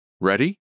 Ready